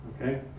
Okay